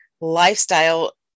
lifestyle